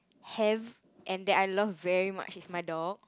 have and that I love very much is my dog